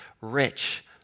rich